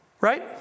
Right